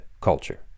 culture